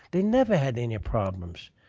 they never had any problems.